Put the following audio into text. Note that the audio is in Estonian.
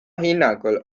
hinnangul